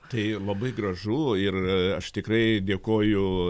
tai labai gražu ir aš tikrai dėkoju